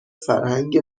فرهنگ